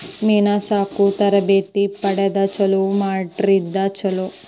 ಮೇನಾ ಸಾಕು ತರಬೇತಿ ಪಡದ ಚಲುವ ಮಾಡಿದ್ರ ಚುಲೊ